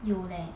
有 leh